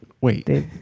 Wait